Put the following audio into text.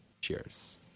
Cheers